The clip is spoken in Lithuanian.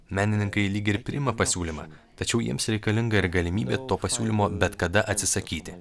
menininkai lyg ir priima pasiūlymą tačiau jiems reikalinga ir galimybė to pasiūlymo bet kada atsisakyti